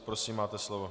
Prosím, máte slovo.